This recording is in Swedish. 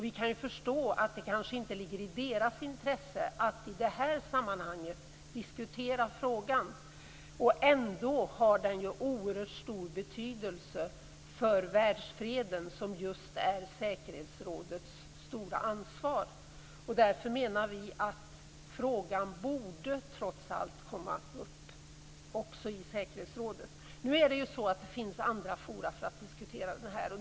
Vi kan förstå att det kanske inte ligger i deras intresse att i det här sammanhanget diskutera frågan. Ändå har den oerhört stor betydelse för världsfreden, som just är säkerhetsrådets stora ansvar. Därför menar vi att frågan trots allt borde komma upp också i säkerhetsrådet. Det finns andra forum för att diskutera den här frågan.